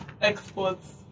Exports